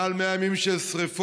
מעל 100 ימים של שרפות,